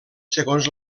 segons